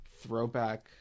throwback